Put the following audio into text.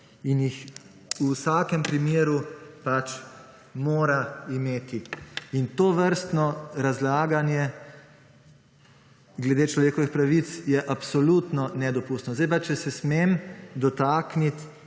in jih v vsakem primeru pač mora imeti in to vrstno razlaganje glede človekovih pravic je absolutno nedopustno. Sedaj pa, če se smem dotakniti